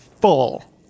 full